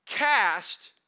Cast